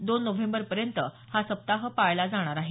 दोन नोव्हेंबरपर्यंत हा सप्ताह पाळला जाणार आहे